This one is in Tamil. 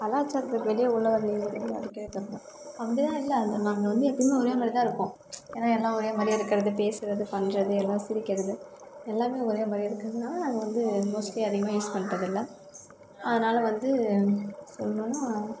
கலாச்சாரத்துக்கு வெளியே உள்ளவர் நீங்கள் அப்படிலாம் இல்லை அது நாங்கள் வந்து எப்பயுமே ஒருமாதிரிதான் இருக்கோம் ஏன்னால் எல்லாம் ஒரேமாதிரியே இருக்கிறது பேசுவது பண்ணுறது எல்லாம் சிரிக்கிறது எல்லாமே ஒரே மாதிரியே இருக்கிறதுனால நாங்கள் வந்து மோஸ்லி அதிகமாக யூஸ் பண்ணுறதில்ல அதனால வந்து சொல்லணுனா